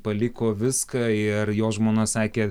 paliko viską ir jo žmona sakė